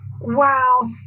Wow